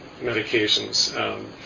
medications